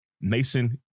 Mason